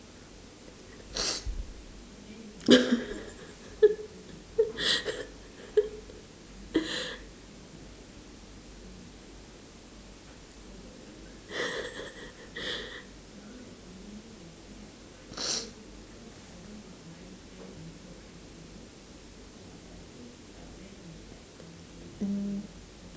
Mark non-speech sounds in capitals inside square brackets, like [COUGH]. [LAUGHS] mm